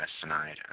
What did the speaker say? tonight